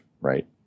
right